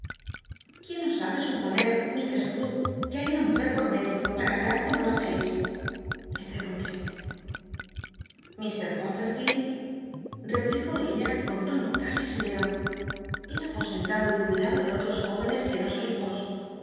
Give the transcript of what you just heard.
quién os hace suponer mistres lt que hay una mujer por medio para hablar como lo baceis le pregunté llr coppcrfleltl repl icó ella con tono casi serero he ipo enlado y cuitlado de otros júyenes que no sois os